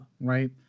right